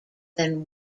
than